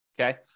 okay